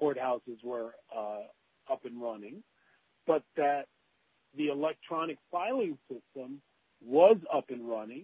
courthouses were up and running but that the electronic filing system was up and running